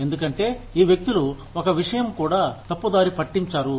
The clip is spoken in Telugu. ఎందుకంటే ఈ వ్యక్తులు ఒక విషయం కూడా తప్పుదారి పట్టించరు